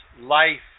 life